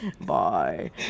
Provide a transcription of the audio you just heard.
Bye